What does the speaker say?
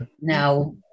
now